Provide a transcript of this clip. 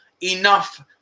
enough